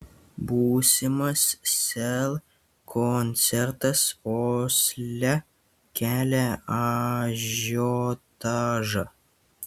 būsimas sel koncertas osle kelia ažiotažą